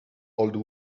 old